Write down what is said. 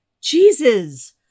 jesus